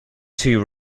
two